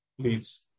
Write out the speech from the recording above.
Please